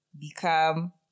become